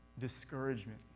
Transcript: discouragement